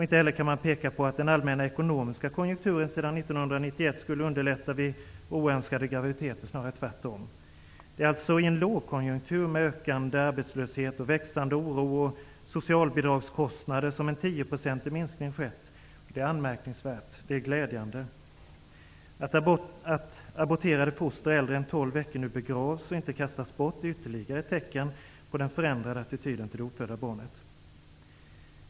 Inte heller kan man peka på att den svåra allmänna ekonomiska konjunkturen som har rått sedan 1991 skulle underlätta för kvinnor vid oönskade graviditeter -- ju svårare ekonomiskt läge, desto svårare att bli oönskat gravid -- snarare tvärtom. Det är alltså i en lågkonjunktur med ökande arbetslöshet, växande oro och ökande socialbidragskostnader som en tioprocentig minskning har skett. Det är anmärkningsvärt och glädjande. Att aborterade foster äldre än tolv veckor nu begravs och inte kastas bort är ytterligare ett tecken på den förändrade attityden till det ofödda barnet.